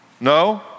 No